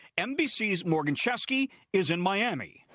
nbc's morgan cheskey is in miami.